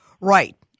Right